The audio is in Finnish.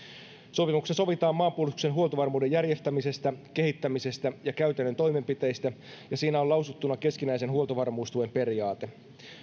sopimuksessa sovitaan maanpuolustuksen huoltovarmuuden järjestämisestä kehittämisestä ja käytännön toimenpiteistä ja siinä on lausuttuna keskinäisen huoltovarmuustuen periaate